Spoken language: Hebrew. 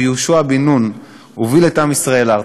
יהושע בן נון הוביל את עם ישראל ארצה.